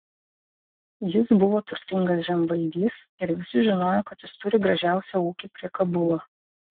jis buvo turtingas žemvaldys ir visi žinojo kad jis turi gražiausią ūkį prie kabulo